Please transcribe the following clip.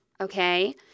okay